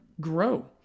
grow